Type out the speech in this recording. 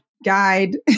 guide